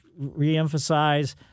reemphasize